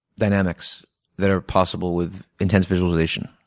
dynamics that are possible with intense visualization.